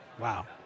Wow